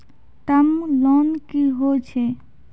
Term loan कि होय छै?